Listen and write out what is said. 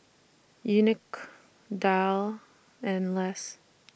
Unique Dale and Less